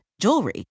jewelry